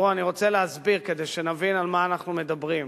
אני רוצה להסביר, כדי שנבין על מה אנחנו מדברים.